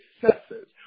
successes